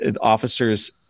officers